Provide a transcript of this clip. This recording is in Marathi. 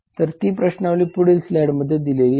तर ती प्रश्नावली पुढील स्लाइडमध्ये दिली आहे